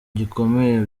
gikomeye